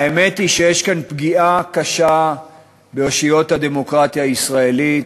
האמת היא שיש כאן פגיעה קשה באושיות הדמוקרטיה הישראלית,